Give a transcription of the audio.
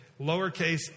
lowercase